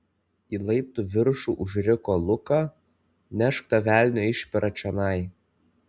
į laiptų viršų užriko luka nešk tą velnio išperą čionai